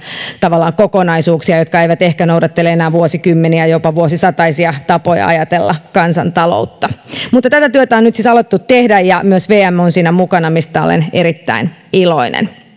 tavallaan kokonaisuuksia jotka eivät ehkä enää noudattele vuosikymmeniä vanhoja ja jopa vuosisataisia tapoja ajatella kansantaloutta mutta tätä työtä on nyt siis alettu tehdä ja myös vm on siinä mukana mistä olen erittäin iloinen